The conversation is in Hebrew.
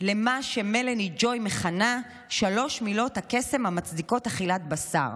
למה שמלאני ג'וי מכנה: שלוש מילות הקסם המצדיקות אכילת בשר.